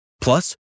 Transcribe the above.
Plus